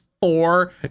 four